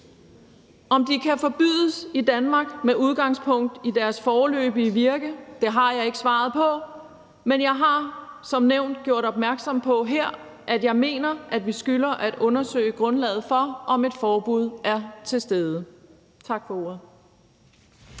Om de kan forbydes i Danmark med udgangspunkt i deres foreløbige virke, har jeg ikke svaret på, men jeg har som nævnt gjort opmærksom på her, at jeg mener, at vi skylder at undersøge, om grundlaget for et forbud er til stede. Tak for ordet.